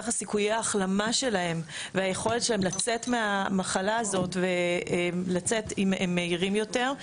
כך סיכויי ההחלמה שלהם והיכולת שלהם לצאת מהמחלה הזאת מהירים יותר.